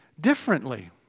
differently